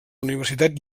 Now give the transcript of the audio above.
universitat